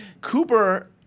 Cooper